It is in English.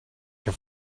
your